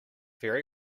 very